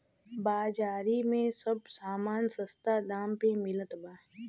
बाजारी में सब समान सस्ता दाम पे मिलत बा